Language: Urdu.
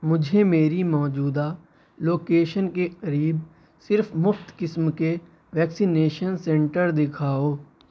مجھے میری موجودہ لوکیشن کے قریب صرف مفت قسم کے ویکسینیشن سینٹر دکھاؤ